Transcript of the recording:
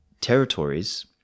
territories